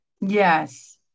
Yes